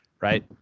right